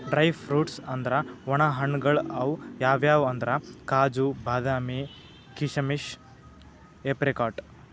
dry fruits ಅಂದ್ರ ವಣ ಹಣ್ಣ್ಗಳ್ ಅವ್ ಯಾವ್ಯಾವ್ ಅಂದ್ರ್ ಕಾಜು, ಬಾದಾಮಿ, ಕೀಶಮಿಶ್, ಏಪ್ರಿಕಾಟ್